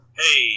hey